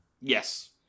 Yes